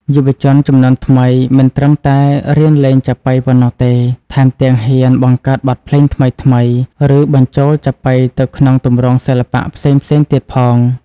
យុវជនជំនាន់ថ្មីមិនត្រឹមតែរៀនលេងចាប៉ីប៉ុណ្ណោះទេ ថែមទាំងហ៊ាន បង្កើតបទភ្លេងថ្មីៗ ឬបញ្ចូលចាប៉ីទៅក្នុងទម្រង់សិល្បៈផ្សេងៗទៀតផង។